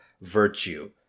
virtue